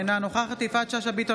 אינה נוכחת יפעת שאשא ביטון,